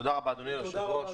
תודה רבה אדוני היושב ראש.